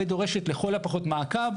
ודורשת לכל הפחות מעקב,